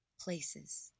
places